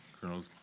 Colonel